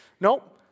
nope